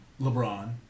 LeBron